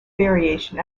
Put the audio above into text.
variation